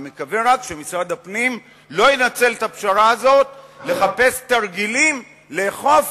אני מקווה רק שמשרד הפנים לא ינצל את הפשרה הזאת כדי לחפש תרגילים לאכוף